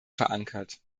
verankert